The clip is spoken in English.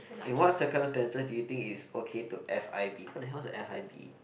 in what circumstances do you think it's okay to f_i_b what the hell is a f_i_b